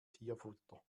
tierfutter